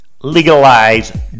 legalize